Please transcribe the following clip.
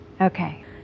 okay